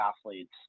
athletes